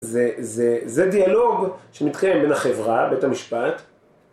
זה דיאלוג שמתחיל בין החברה, בית המשפט...